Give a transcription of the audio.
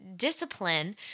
discipline